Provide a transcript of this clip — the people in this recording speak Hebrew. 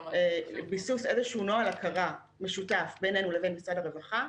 ביסוס איזשהו נוהל הכרה משותף בינינו לבין משרד הרווחה,